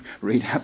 read